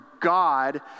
God